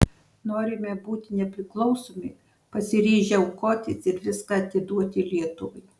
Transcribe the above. norime būti nepriklausomi pasiryžę aukotis ir viską atiduoti lietuvai